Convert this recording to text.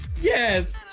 Yes